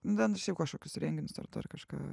dar šiaip kažkokius renginius ar dar kažką